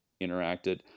interacted